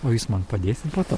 o jūs man padėsit po to